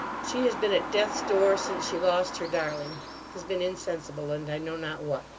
she has been at death's door since she lost her darling has been insensible, and i know not what.